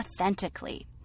authentically